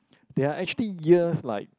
they are actually years like